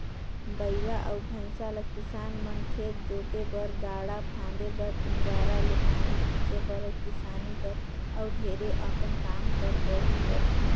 बइला अउ भंइसा ल किसान मन खेत जोते बर, गाड़ा फांदे बर, इन्दारा ले पानी घींचे बर अउ किसानी कर अउ ढेरे अकन काम बर बउरथे